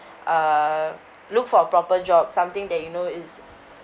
uh look for a proper job something that you know is